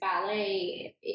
ballet